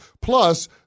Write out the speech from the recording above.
Plus